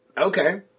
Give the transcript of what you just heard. Okay